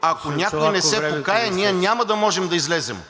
…ако някой не се покае, ние няма да можем да излезем